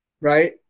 right